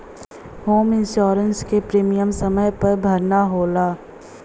home insurance क premium समय पर भरना होला